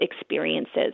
experiences